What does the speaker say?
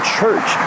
church